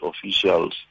officials